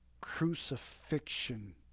crucifixion